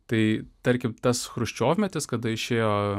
tai tarkim tas chruščiovmetis kada išėjo